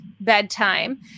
Bedtime